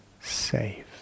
Safe